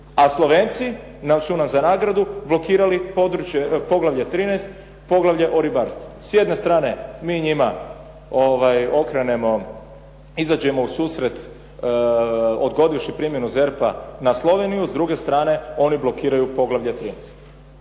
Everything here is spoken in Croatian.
a Slovenci su nam za nagradu blokirali poglavlje 13. poglavlje o ribarstvu. S jedne strane mi njima okrenemo, izađemo u susret odgodivši primjenu ZERP-a na Sloveniju, s druge strane oni blokiraju poglavlje 13.